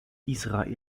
israel